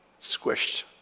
squished